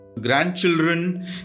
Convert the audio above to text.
grandchildren